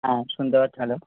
হ্যাঁ শুনতে পাচ্ছেন হ্যালো